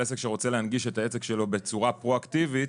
עסק שרוצה להנגיש את העסק שלו בצורה פרו אקטיבית,